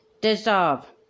dissolve